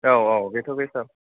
औ औ बेथ' बे सार